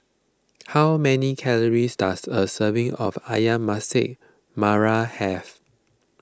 how many calories does a serving of Ayam Masak Merah have